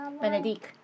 Benedict